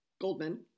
Goldman